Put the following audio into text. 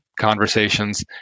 conversations